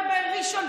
בראשון,